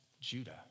Judah